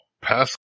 pass